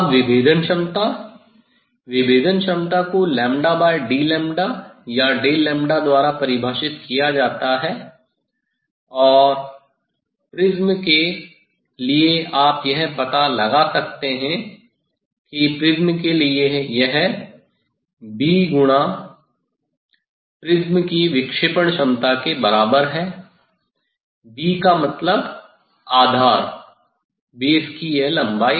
अब विभेदन क्षमता विभेदन क्षमता को d या द्वारा परिभाषित किया जाता है और प्रिज्म के लिए आप यह पता लगा सकता है कि प्रिज्म के लिए यह bविक्षेपण क्षमता के बराबर है 'b' का मतलब आधार की यह लंबाई